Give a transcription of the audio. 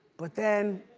but then